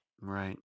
Right